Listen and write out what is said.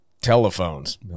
telephones